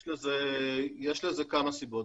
יש לזה כמה סיבות.